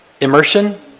Immersion